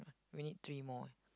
we need three more eh